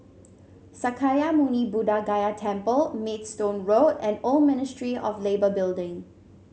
Sakya Muni Buddha Gaya Temple Maidstone Road and Old Ministry of Labour Building